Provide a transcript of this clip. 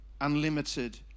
unlimited